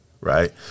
right